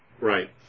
Right